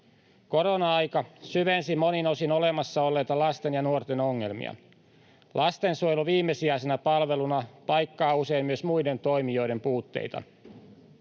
Korona-aika syvensi monin osin olemassa olleita lasten ja nuorten ongelmia. Lastensuojelu viimesijaisena palveluna paikkaa usein myös muiden toimijoiden puutteita.